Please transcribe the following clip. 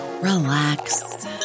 relax